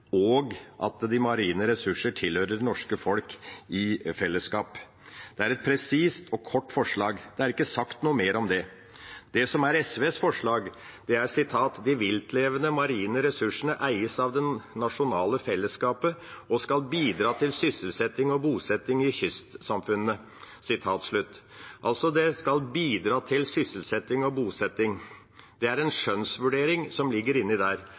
og at de marine ressurser tilhører det norske folk i fellesskap. Det er et presist og kort forslag. Det er ikke sagt noe mer om det. SVs forslag er: «De viltlevende marine ressursene eies av det nasjonale fellesskapet og skal bidra til sysselsetting og bosetting i kystsamfunnene.» Altså: Det skal «bidra til sysselsetting og bosetting». Der ligger det en skjønnsvurdering, og det er det som